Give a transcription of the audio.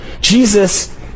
Jesus